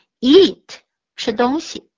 eat,吃东西